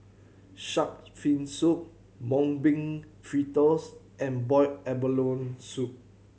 Shark's Fin Soup Mung Bean Fritters and boiled abalone soup